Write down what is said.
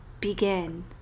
Begin